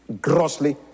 grossly